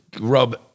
rub